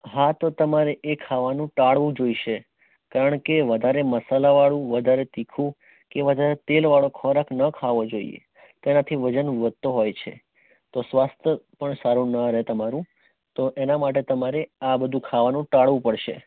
હા તો તમારે એ ખાવાનું ટાળવું જોઈશે કારણ કે વધારે મસાલાવાળું વધારે તીખું કે વધારે તેલવાળો ખોરાક ન ખાવો જોઈએ તેનાથી વજન વધતો હોય છે તો સ્વાસ્થ્ય પણ સારું ન રહે તમારું તો એના માટે તમારે આ બધું ખાવાનું ટાળવું પડશે